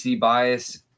bias